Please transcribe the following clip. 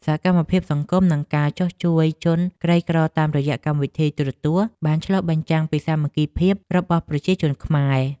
សកម្មភាពសង្គមនិងការចុះជួយជនក្រីក្រតាមរយៈកម្មវិធីទូរទស្សន៍បានឆ្លុះបញ្ចាំងពីសាមគ្គីភាពរបស់ប្រជាជនខ្មែរ។